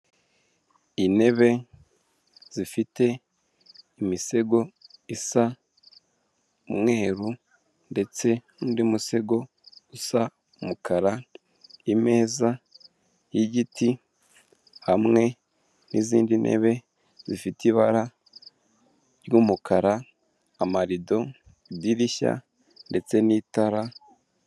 Intebe zifite imisego isa umweru ndetse n'undi musego usa umukara ameza y'igiti hamwe nizindi ntebe zifite ibara ry'umukara, amarido, idirishya ndetse n'itara.